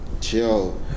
Chill